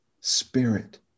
spirit